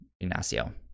Ignacio